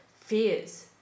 fears